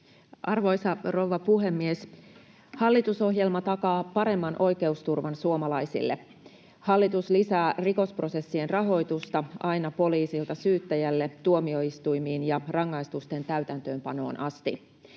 Arvoisa rouva puhemies! Hallitusohjelma takaa paremman oikeusturvan suomalaisille. Hallitus lisää rikosprosessien rahoitusta aina poliisilta syyttäjälle, tuomioistuimiin ja rangaistusten täytäntöönpanoon asti.